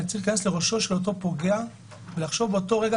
אני צריך להיכנס לראשו של אותו פוגע ולחשוב באותו רגע,